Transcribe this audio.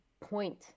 point